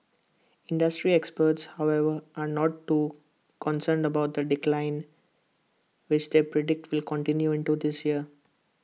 industry experts however are not too concerned about the decline which they predict will continue into this year